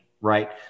right